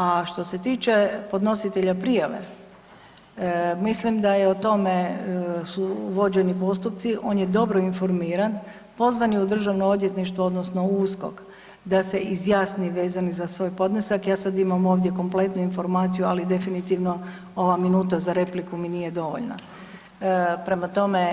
A što se tiče podnositelja prijave, mislim da je o tome su vođeni postupci, on je dobro informiran, pozvan je u DORH odnosno u USKOK da se izjasni vezano za svoj podnesak, ja sad imamo ovdje kompletnu informaciju, ali definitivno ova minuta za repliku mi nije dovoljna, prema tome,